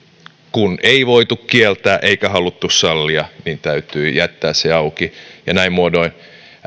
kun ei voitu kieltää eikä haluttu sallia niin täytyi jättää se auki näin muodoin